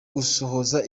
gusohoza